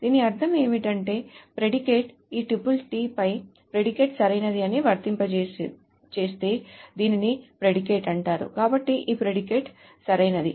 దీని అర్థం ఏమిటి అంటే ప్రెడికేట్ ఈ టుపుల్ t పై ప్రెడికేట్ సరైనది అని వర్తింపజేస్తే దీనిని ప్రెడికేట్ అంటారు కాబట్టి ఈ ప్రెడికేట్ సరైనది